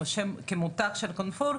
כמותג של 'קרפור',